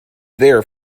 there